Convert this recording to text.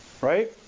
right